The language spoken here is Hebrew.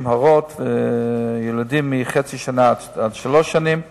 הרות ולילדים מגיל חצי שנה עד שלוש שנים.